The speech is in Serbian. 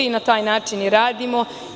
Na taj način i radimo.